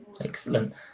excellent